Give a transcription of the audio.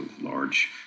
large